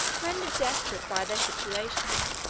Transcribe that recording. rendered desperate by their situation,